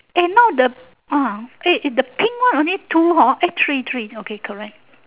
eh now the ah the pink one only two hor eh three three okay correct